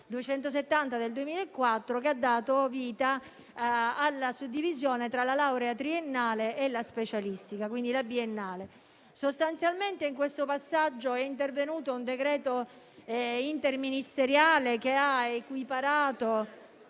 270 del 2004, che ha dato vita alla suddivisione tra la laurea triennale e la laurea specialistica biennale. Sostanzialmente in questo passaggio è intervenuto un decreto interministeriale che ha equiparato